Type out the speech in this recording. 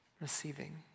Receiving